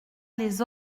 les